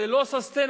זה לא sustainable,